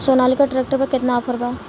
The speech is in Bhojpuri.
सोनालीका ट्रैक्टर पर केतना ऑफर बा?